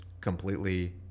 completely